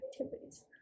activities